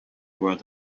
word